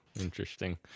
interesting